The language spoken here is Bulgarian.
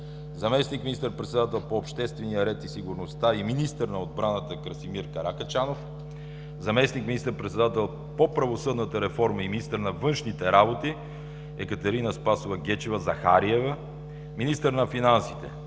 заместник министър-председател по обществения ред и сигурността и министър на отбраната – Красимир Каракачанов, заместник министър-председател по правосъдната реформа и министър на външните работи – Екатерина Спасова Гечева-Захариева, министър на финансите